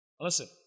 Listen